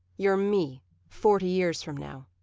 you're me forty years from now.